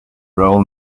royal